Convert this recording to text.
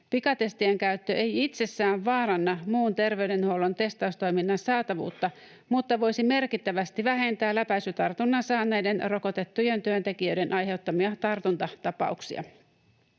Pikatestien käyttö ei itsessään vaaranna muun terveydenhuollon testaustoiminnan saatavuutta, mutta voisi merkittävästi vähentää läpäisytartunnan saaneiden rokotettujen työntekijöiden aiheuttamia tartuntatapauksia.